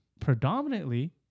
predominantly